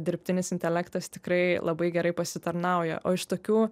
dirbtinis intelektas tikrai labai gerai pasitarnauja o iš tokių